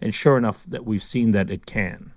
and sure enough, we've seen that it can